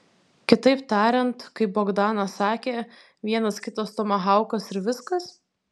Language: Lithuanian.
kitaip tariant kaip bogdanas sakė vienas kitas tomahaukas ir viskas